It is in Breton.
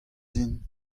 din